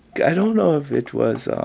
i don't know if it was a